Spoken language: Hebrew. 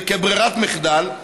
כברירת מחדל,